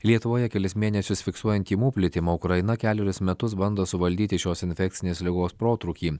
lietuvoje kelis mėnesius fiksuojant tymų plitimą ukraina kelerius metus bando suvaldyti šios infekcinės ligos protrūkį